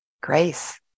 grace